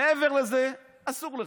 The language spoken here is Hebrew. מעבר לזה אסור לך.